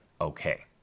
okay